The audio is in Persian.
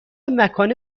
مکان